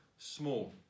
small